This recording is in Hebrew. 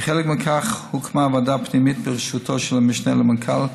כחלק מכך הוקמה ועדה פנימית בראשותו של המשנה למנכ"ל,